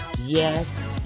yes